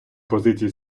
позиції